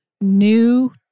new